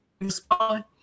respond